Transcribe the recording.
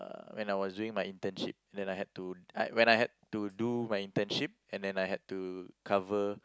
when I was doing my internship then I had to I when I had to do my internship and then I had to cover